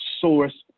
source